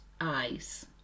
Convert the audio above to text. eyes